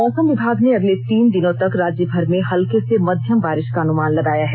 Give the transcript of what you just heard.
मौसम विभाग ने अगले तीन दिनों तक राज्यभर में हल्के से मध्यम बारिष का अनुमान लगाया है